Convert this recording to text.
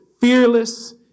fearless